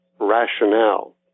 rationale